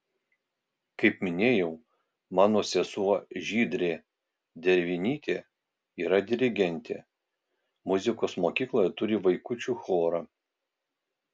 kaip minėjau mano sesuo žydrė dervinytė yra dirigentė muzikos mokykloje turi vaikučių chorą